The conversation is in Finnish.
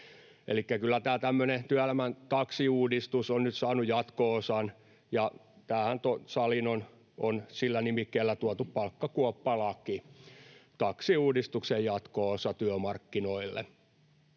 kyllä tämmöinen työelämän taksiuudistus on nyt saanut jatko-osan, ja tähän saliin on sillä nimikkeellä tuotu palkkakuoppalaki, taksiuudistuksen jatko-osa työmarkkinoille.